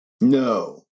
No